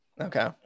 Okay